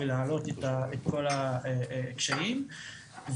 ולהעלות את כל הקשיים שלהם,